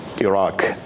Iraq